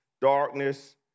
darkness